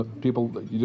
people